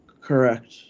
Correct